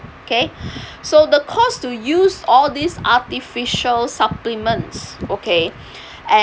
okay so the cost to use all these artificial supplements okay and